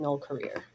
career